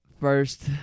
first